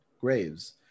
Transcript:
Graves